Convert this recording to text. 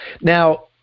Now